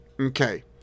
Okay